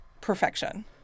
perfection